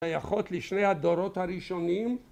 שייכות לשני הדורות הראשונים